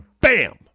BAM